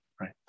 right